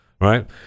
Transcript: right